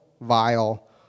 vile